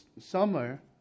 summer